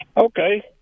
Okay